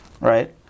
Right